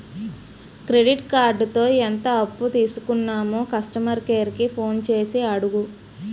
credit కార్డుతో ఎంత అప్పు తీసుకున్నామో కస్టమర్ కేర్ కి ఫోన్ చేసి అడుగు